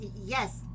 yes